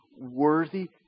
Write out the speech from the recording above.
worthy